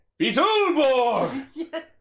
Beetleborg